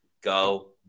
Go